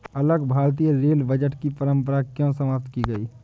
अलग भारतीय रेल बजट की परंपरा क्यों समाप्त की गई?